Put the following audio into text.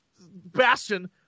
Bastion